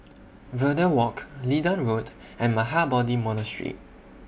Verde Walk Leedon Road and Mahabodhi Monastery